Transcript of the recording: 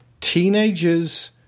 teenagers